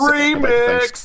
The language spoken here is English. Remix